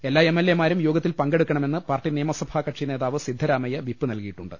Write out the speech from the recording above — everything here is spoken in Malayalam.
എല്ലാ എം എൽ എ മാരും യോഗത്തിൽ പങ്കെടുക്കണമെന്ന് പാർട്ടി നിയമസഭാകക്ഷിനേതാവ് സിദ്ധ രാമയ്യ വിപ്പ് നൽകിയിട്ടുണ്ട്